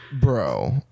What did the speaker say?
bro